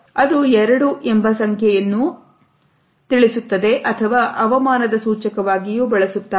ಅದು ಎರಡು ಎಂಬ ಸಂಖ್ಯೆಯನ್ನು ತಿಳಿಸುತ್ತದೆ ಅಥವಾ ಅವಮಾನದ ಸೂಚಕವಾಗಿಯೂ ಬಳಸುತ್ತಾರೆ